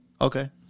Okay